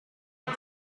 است